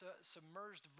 submerged